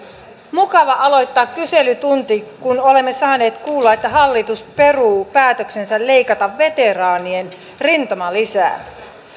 mukava aloittaa kyselytunti kun olemme saaneet kuulla että hallitus peruu päätöksensä leikata veteraanien rintamalisää